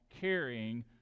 carrying